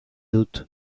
dut